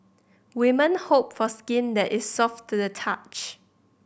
women hope for skin that is soft to the touch